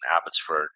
Abbotsford